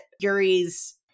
Yuri's